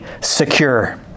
secure